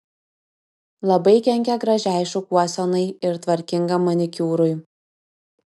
labai kenkia gražiai šukuosenai ir tvarkingam manikiūrui